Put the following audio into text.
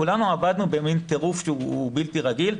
כולנו עבדנו בטירוף בלתי רגיל.